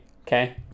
Okay